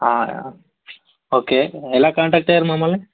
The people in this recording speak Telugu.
ఓకే ఎలా కాంటాక్ట్ అయ్యారు మమ్మల్ని